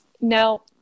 Now